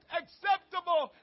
acceptable